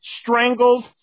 strangles